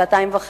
שעתיים וחצי,